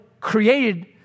created